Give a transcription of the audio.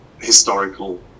historical